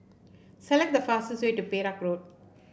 select the fastest way to Perak Road